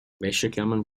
wäscheklammern